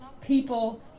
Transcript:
people